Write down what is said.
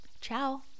ciao